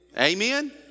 amen